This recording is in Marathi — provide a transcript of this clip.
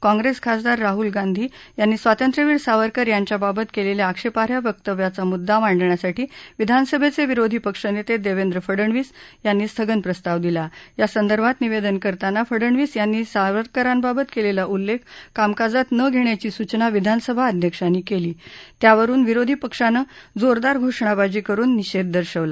काँग्रेस खासदार राहुल गांधी यांनी स्वातंत्र्यवीर सावरकर यांच्याबाबत केलेल्या आक्षेपाई वक्तव्याचा मुद्दा मांडण्यासाठी विधानसभेचे विरोधी पक्षनेते देवेंद्र फडणवीस यांनी स्थगन प्रस्ताव दिला यासंदर्भात निवेदन करताना फडणवीस यांनी सावरकरांबाबत केलेला उल्लेख कामकाजात न घेण्याची सूचना विधानसभा अध्यक्षांनी केली त्यावरून विरोधी पक्षानं जोरदार घोषणाबाजी करून निषेध दर्शवला